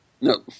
No